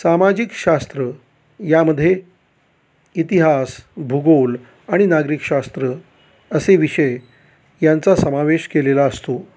सामाजिक शास्त्र यामध्ये इतिहास भूगोल आणि नागरिक शास्त्र असे विषय यांचा समावेश केलेला असतो